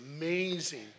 amazing